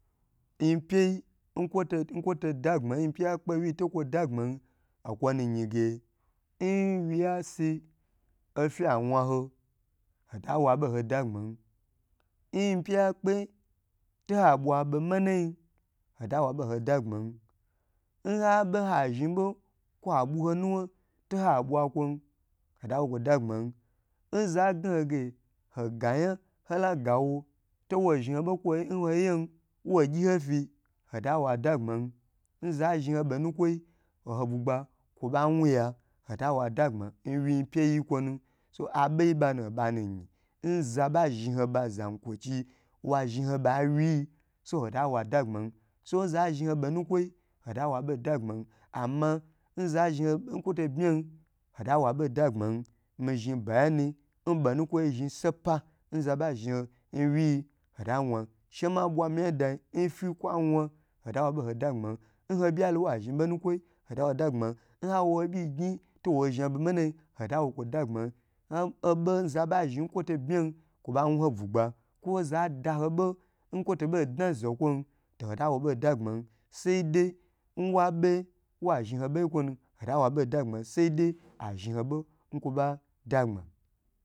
Yin pye nkwo to nkwoto dagbma nyi pyeyi kpe wi to kwo dagbma okwo nu yi ge nwiya si ofi wan ho, hota wa bohoda gbma nyipey kpe to ha bwa bo manayi hota wabo hoda gbma nya beha zhi bo kwa buho nuwa to ha bwa kwon hotagyiho dagbma nzagahoge hogayan nhagawo towo zhni hobo hoyen wo gyi ho fi hotawo adagbman nza zhi ho bonukwo oho bugba kwo ba wuya hota wo adagba nyin pyiyi nkwonu so aboyi banu nba nu yi nze ba zhi ho ba zan kwochi wa zhi ho ba wii hota wa ada gbma so za zhniho bonukwoi hotawa abo dagbma so ama nza zhin ho ba kwo to bma hotawo abodagbma mi zhni ba yani nbonukwoyi zhni sopa nzaba zhni ho nwi hota wan she ma bwamiyam dayi nfi kwa wan hota wo abo dagbma nho bya lo wa zhni bo nukwoyi hota wa dagbma nho byi gyn towo zha bo manayi hato wa dagbma un oba zaba zhin nkwo to bma kwo ba wu ho bugba kwo za da ho bo nkwo tobo dna nzokwon to hota wo bondagbm sai dei nwa be wa zhni ho saidai azhni bo kwo ba dagbma